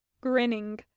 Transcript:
grinning